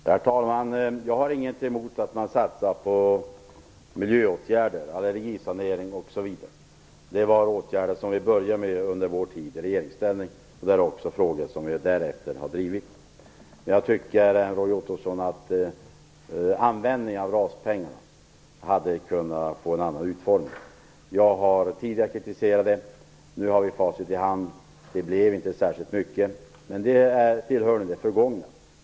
Herr talman! Jag har inget emot att man satsar på miljöåtgärder, allergisanering osv. Det var åtgärder som vi började med under vår tid i regeringsställning, och det är frågor som vi också därefter har drivit. Men jag tycker att användningen av RAS pengarna hade kunnat få en annan utformning, Roy Ottosson. Jag har tidigare kritiserat det. Nu har vi facit i hand. Det blev inte särskilt mycket, men det tillhör nu det förgångna.